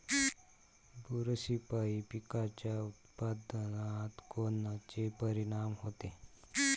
बुरशीपायी पिकाच्या उत्पादनात कोनचे परीनाम होते?